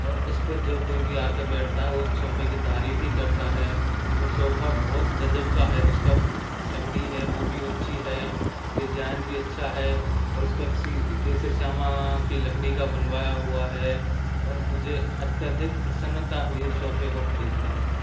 और उसे पे जो कोई भी आके बैठता है वो उस सोफे की तारीफ ही करता है वो सोफा बहुत गजब का है उसका लकड़ी है वो भी अच्छी है डिजाइन भी अच्छा है और उसका सी केसर स्यामा की लकड़ी का बनवाया हुआ है और मुझे अत्यधिक प्रसन्नता हुई उस सोफे को खरीद कर